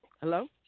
Hello